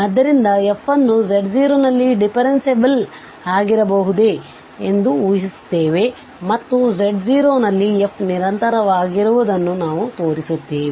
ಆದ್ದರಿಂದ f ಅನ್ನು z0ನಲ್ಲಿ ಡಿಫರೆನ್ಸಬಲ್ ಆಗಿರಬಹುದೆಂದು ನಾವು ಊಹಿಸುತ್ತೇವೆ ಮತ್ತು z0 ನಲ್ಲಿ f ನಿರಂತರವಾಗಿರುವುದನ್ನು ನಾವು ತೋರಿಸುತ್ತೇವೆ